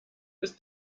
bis